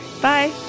Bye